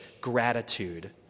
gratitude